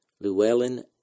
Llewellyn